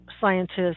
scientists